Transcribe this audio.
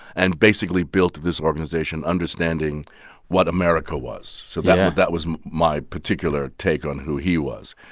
and basically built this organization understanding what america was. so but that was my particular take on who he was.